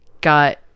got